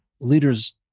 leaders